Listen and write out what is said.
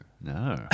No